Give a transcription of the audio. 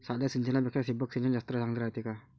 साध्या सिंचनापेक्षा ठिबक सिंचन जास्त चांगले रायते